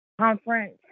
conference